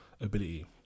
ability